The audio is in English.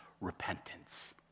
repentance